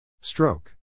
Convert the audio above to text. Stroke